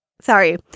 sorry